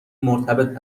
مرتبط